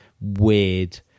weird